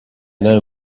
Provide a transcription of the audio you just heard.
know